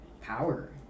power